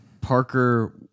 Parker